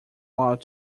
allowed